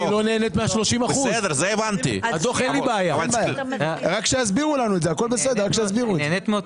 רוויזיה על הסתייגות מספר 1. מי בעד קבלת הרוויזיה?